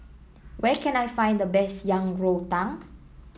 where can I find the best Yang Rou Tang